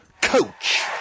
Coach